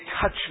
touch